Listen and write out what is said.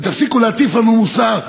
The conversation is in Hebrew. ותפסיקו להטיף לנו מוסר,